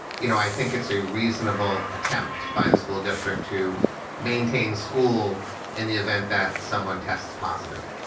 you know, i think it's a reasonable attempt by the school district to maintain school in the event that someone tests positive.